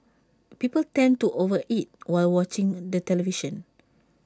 people tend to over eat while watching the television